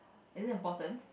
is it important